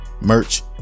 merch